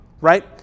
right